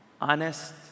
Honest